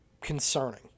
concerning